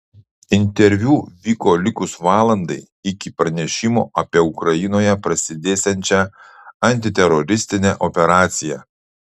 interviu vyko likus valandai iki pranešimo apie ukrainoje prasidėsiančią antiteroristinę operaciją